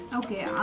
okay